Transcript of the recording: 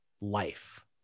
life